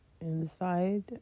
inside